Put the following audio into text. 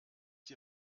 die